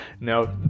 no